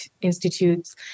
institutes